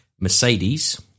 Mercedes